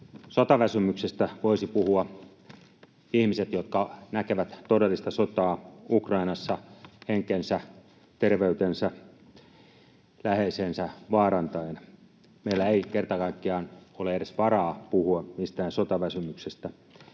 Sotaväsymyksestä voisivat puhua ihmiset, jotka näkevät todellista sotaa Ukrainassa henkensä, terveytensä, läheisensä vaarantaen. Meillä ei kerta kaikkiaan ole edes varaa puhua mistään sotaväsymyksestä.